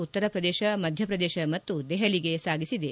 ಉತ್ತರ ಪ್ರದೇಶ ಮಧ್ಯಪ್ರದೇಶ ಮತ್ತು ದೆಹಲಿಗೆ ಸಾಗಿಸಿದೆ